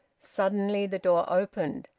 suddenly the door opened,